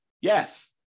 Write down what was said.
Yes